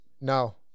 No